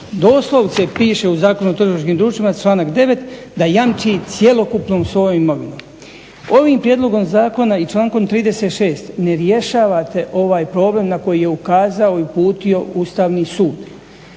doslovce piše u Zakonu o trgovačkim društvima članak 9.da jamči cjelokupnom svojom imovinom. Ovim prijedlogom zakona i člankom 36.ne rješavate ovaj problem na koji je ukazao i uputio Ustavni sud.